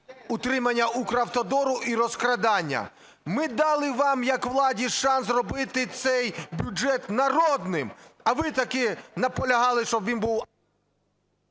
утримання Укравтодору і розкрадання. Ми дали вам як владі шанс зробити цей бюджет народним, а ви таки наполягали, щоб він був...